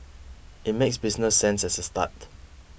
it makes business sense as a start